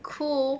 cool